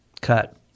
cut